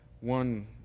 one